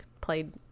played